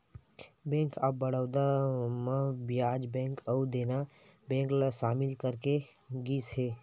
bank of Baroda म Vijaya bank अउ Dena bank ल सामिल करे गिस हे